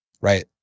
right